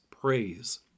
praise